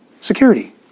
Security